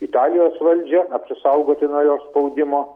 italijos valdžia apsisaugoti nuo jos spaudimo